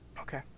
Okay